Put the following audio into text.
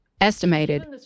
estimated